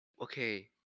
okay